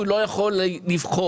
הוא לא יכול לבחור.